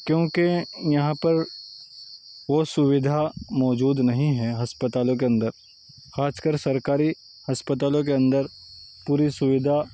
کیوںکہ یہاں پر وہ سویدھا موجود نہیں ہے ہسپتالوں کے اندر خاص کر سرکاری ہسپتالوں کے اندر پوری سویدھا